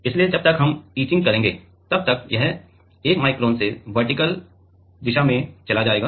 इसलिए जब तक हम इचिंग करेंगे तब तक यह 1 माइक्रोन से वर्टीकल दिशा में चला जाएगा